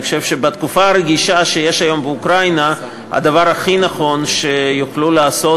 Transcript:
אני חושב שבתקופה הרגישה היום באוקראינה הדבר הכי נכון שיוכלו לעשות